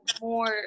more